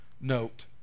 note